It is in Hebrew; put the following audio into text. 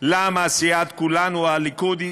למה סיעת כולנו, הליכוד,